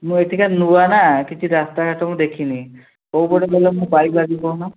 ମୁଁ ଏଠିକାର ନୂଆ ନା କିଛି ରାସ୍ତା ଘାଟ ମୁଁ ଦେଖିନି କେଉଁପଟେ ଗଲେ ମୁଁ ପାଇ ପାରିବି କହୁନ